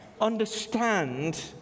understand